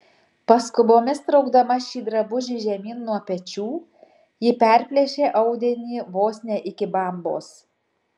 paskubomis traukdama šį drabužį žemyn nuo pečių ji perplėšė audinį vos ne iki bambos